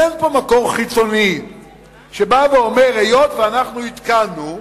אין פה מקור חיצוני שבא ואומר: היות שאנחנו עדכנו,